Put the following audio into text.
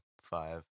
five